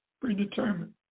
predetermined